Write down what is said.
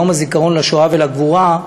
ביום הזיכרון לשואה ולגבורה,